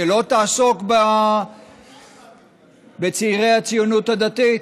שלא תעסוק בצעירי הציונות הדתית?